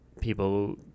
people